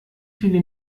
viele